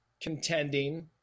contending